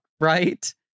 right